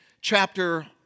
chapter